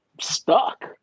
stuck